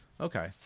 Okay